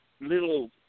little